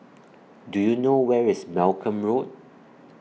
Do YOU know Where IS Malcolm Road